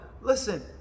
listen